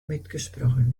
mitgesprochen